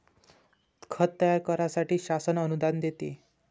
खत तयार करण्यासाठी शासन अनुदान देते